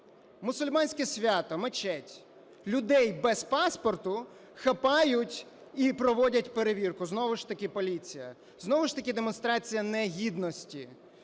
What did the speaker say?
Мусульманське свято. Мечеть. Людей без паспорту хапають і проводять перевірку, знову ж таки поліція, знову ж таки демонстрація негідності.